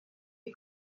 you